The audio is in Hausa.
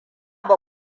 ba